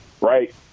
right